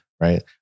right